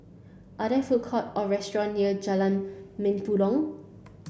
are there food court or restaurant near Jalan Mempurong